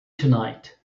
tonight